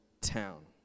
town